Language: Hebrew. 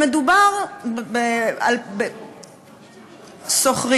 שוכְרים.